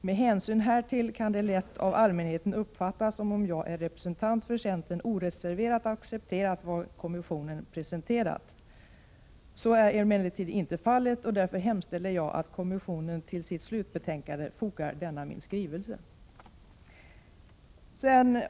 Med hänsyn härtill kan det lätt av allmänheten uppfattas som om jag, en representant för centern, oreserverat accepterat vad kommissionen presenterat. Så är emellertid inte fallet, och därför hemställer jag att kommissionen till sitt slutbetänkande fogar denna min skrivelse.